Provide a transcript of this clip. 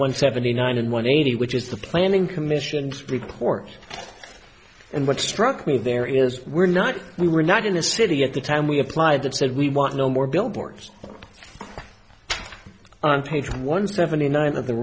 one seventy nine and one eighty which is the planning commission report and what struck me there is we're not we were not in the city at the time we applied that said we want no more billboards on page one seventy nine of the